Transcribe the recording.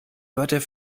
wörter